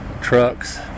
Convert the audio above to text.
Trucks